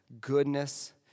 goodness